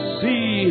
see